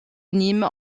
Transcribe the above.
nîmes